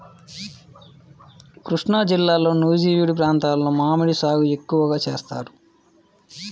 కృష్ణాజిల్లాలో నూజివీడు ప్రాంతంలో మామిడి సాగు ఎక్కువగా చేస్తారు